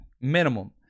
minimum